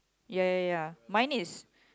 ya ya ya mine is